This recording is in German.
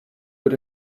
wird